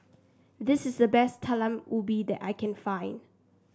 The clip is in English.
this is the best Talam Ubi that I can find